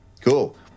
Cool